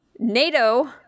NATO